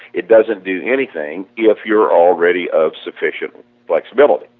it doesn't do anything if you are already of sufficient flexibility.